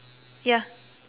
ya